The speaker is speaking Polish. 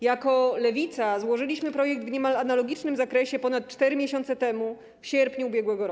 Jako Lewica złożyliśmy projekt w niemal analogicznym zakresie ponad 4 miesiące temu, w sierpniu ub.r.